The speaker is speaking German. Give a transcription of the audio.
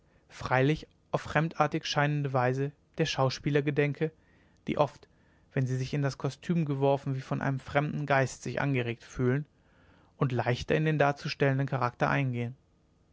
freilich auf fremdartig scheinende weise der schauspieler gedenke die oft wenn sie sich in das kostüm geworfen wie von einem fremden geist sich angeregt fühlen und leichter in den darzustellenden charakter eingehen